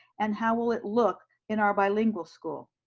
and how will it look in our bilingual school?